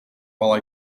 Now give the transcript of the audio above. while